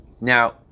Now